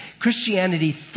Christianity